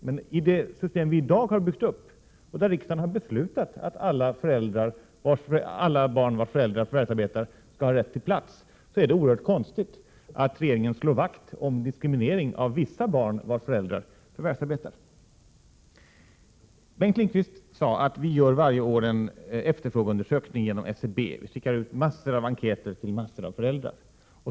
Men i det system som vi nu har byggt upp och där enligt riksdagens beslut alla barn till föräldrar som förvärvsarbetar skall ha rätt till barnomsorgsplats är det oerhört konstigt att regeringen slår vakt om diskriminering av vissa barn vars föräldrar förvärvsarbetar. Bengt Lindqvist sade att man varje år gör en efterfrågeundersökning genom SCB. Man skickar ut mängder av enkäter till ett stort antal föräldrar.